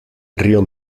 río